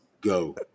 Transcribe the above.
go